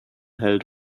held